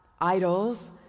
idols